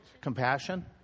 Compassion